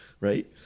right